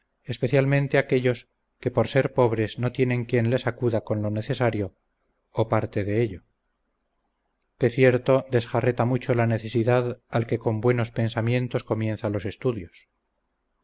especialmente aquellos que por ser pobres no tienen quien les acuda con lo necesario o parte de ello que cierto desjarreta mucho la necesidad al que con buenos pensamientos comienza los estudios